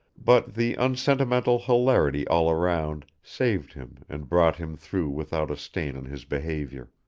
but the unsentimental hilarity all around saved him and brought him through without a stain on his behavior.